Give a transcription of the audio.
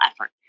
effort